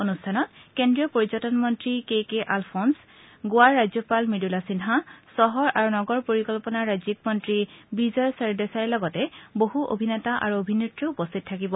অনুষ্ঠানত কেন্দ্ৰীয় পৰ্যটন মন্ত্ৰী কে জে আলফ'নছ গোৱাৰ ৰাজ্যপাল মৃদুলা সিন্হা চহৰ আৰু নগৰ পৰিকল্পনাৰ ৰাজ্যিক মন্ত্ৰী বিজয় সৰদেশাইৰ লগতে বহু অভিনেতা আৰু অভিনেত্ৰী উপস্থিত থাকিব